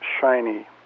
shiny